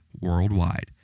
worldwide